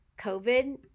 COVID